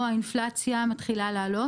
הטענות שהם העלו ונמצא איתנו לקוח,